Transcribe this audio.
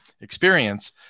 experience